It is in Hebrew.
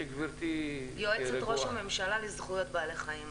גלבוע, יועצת ראש הממשלה לזכויות בעלי חיים.